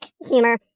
humor